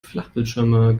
flachbildschirme